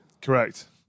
Correct